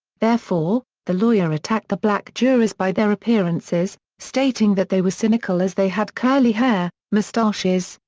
therefore, the lawyer attacked the black jurors by their appearances, stating that they were cynical as they had curly hair, mustaches,